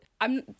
I'm-